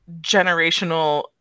generational